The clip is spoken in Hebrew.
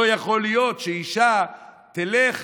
לא יכול להיות שאישה תלך